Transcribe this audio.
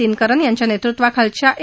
दिनकरन यांच्या नेतृत्वाखालच्या ए